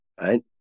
Right